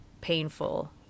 painful